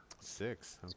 Six